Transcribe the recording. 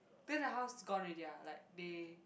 then the house gone already ah like they